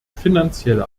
finanzielle